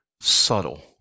subtle